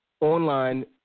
online